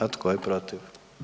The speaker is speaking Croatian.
A tko je protiv?